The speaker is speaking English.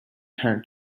her